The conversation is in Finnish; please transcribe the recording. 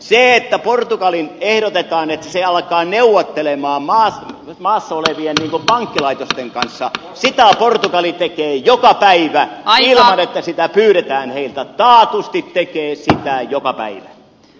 sitä mitä portugalille ehdotetaan että se alkaa neuvotella maassa olevien pankkilaitosten kanssa portugali tekee joka päivä ilman että sitä pyydetään heiltä taatusti tekee sitä joka päivä